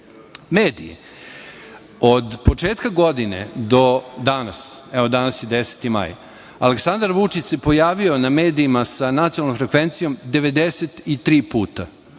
rešili. Mediji. Od početka godine do danas, evo danas je 10. maj, Aleksandar Vučić se pojavio na medijima sa nacionalnom frekvencijom 93 puta.